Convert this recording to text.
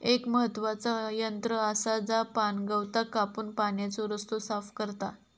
एक महत्त्वाचा यंत्र आसा जा पाणगवताक कापून पाण्याचो रस्तो साफ करता